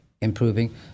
improving